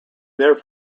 there